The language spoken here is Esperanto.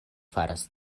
faras